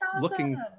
looking